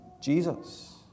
Jesus